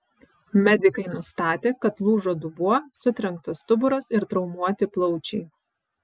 medikai nustatė kad lūžo dubuo sutrenktas stuburas ir traumuoti plaučiai